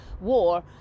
war